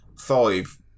five